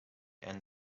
and